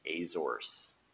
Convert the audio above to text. Azores